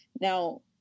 Now